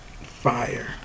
fire